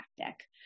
tactic